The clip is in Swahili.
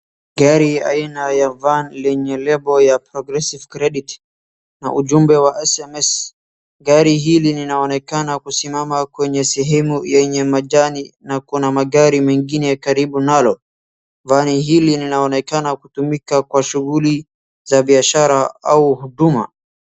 Gari aina ya [cs[van lenye lebo ya Progressive Credit na ujumbe wa SMS . Gari hili linaonekana kusimama kwenye sehemu yenye majani na kuna magari mengine karibu nalo. Vani hili linaonekana kutumika kwa shughuli za biashara au huduma.